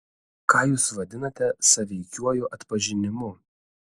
ką jūs vadinate sąveikiuoju atpažinimu